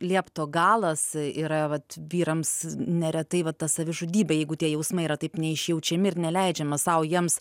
liepto galas yra vat vyrams neretai va ta savižudybė jeigu tie jausmai yra taip neišjaučiami ir neleidžiame sau jiems